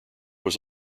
was